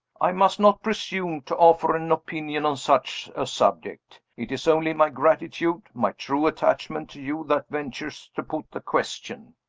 i must not presume to offer an opinion on such a subject. it is only my gratitude, my true attachment to you that ventures to put the question.